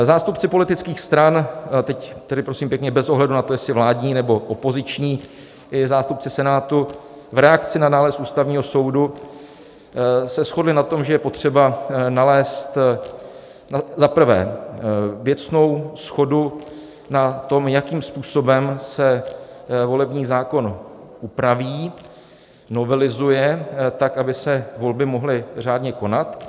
Zástupci politických stran, teď prosím pěkně bez ohledu na to, jestli vládní, nebo opoziční, i zástupci Senátu v reakci na nález Ústavního soudu se shodli na tom, že je potřeba nalézt za prvé věcnou shodu na tom, jakým způsobem se volební zákon upraví, novelizuje tak, aby se volby mohly řádně konat.